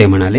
ते म्हणाले